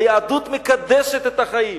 היהדות מקדשת את החיים,